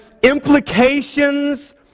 implications